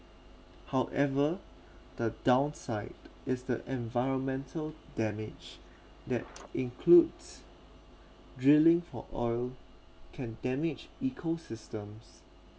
however the downside is the environmental damage that includes drilling for oil can damage ecosystems